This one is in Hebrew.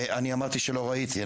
אני אמרתי שלא ראיתי,